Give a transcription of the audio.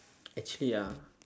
actually uh